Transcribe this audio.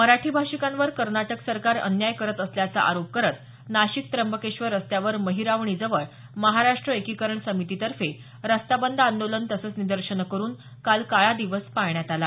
मराठी भाषिकांवर कनोटक सरकार अन्याय करत असल्याचा आरोप करत नाशिक त्र्यंबकेश्वर रस्त्यावर महिरावणीजवळ महाराष्ट्र एकीकरण समितीतर्फे रस्ता बंद तसंच निदर्शन करून काल काळा दिवस पाळण्यात आला